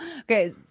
Okay